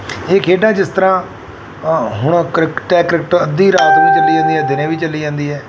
ਇਹ ਖੇਡਾਂ ਜਿਸ ਤਰ੍ਹਾਂ ਹੁਣ ਕ੍ਰਿਕੇਟ ਹੈ ਕ੍ਰਿਕੇਟ ਅੱਧੀ ਰਾਤ ਵੀ ਚੱਲੀ ਜਾਂਦੀ ਹੈ ਦਿਨੇ ਵੀ ਚੱਲੀ ਜਾਂਦੀ ਹੈ